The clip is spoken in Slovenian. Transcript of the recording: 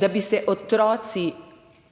da bi se otroci,